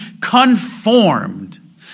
conformed